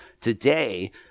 today